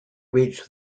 reach